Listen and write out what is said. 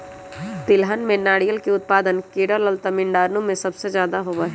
तिलहन में नारियल के उत्पादन केरल और तमिलनाडु में सबसे ज्यादा होबा हई